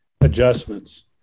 adjustments